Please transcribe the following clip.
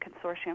Consortium